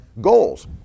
goals